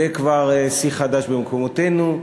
זה כבר שיא חדש במקומותינו.